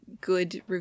good